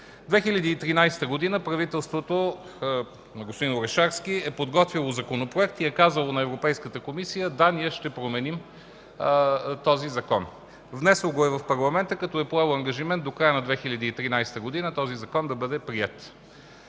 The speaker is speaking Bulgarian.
2013 г. правителството на господин Орешарски е подготвило законопроект и е казало на Европейската комисия: „Да, ние ще променим този Закон”. Внесло го е в парламента като е поело ангажимент до края на 2013 г. той да бъде приет.